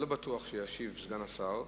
לא בטוח שישיב סגן השר.